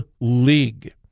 League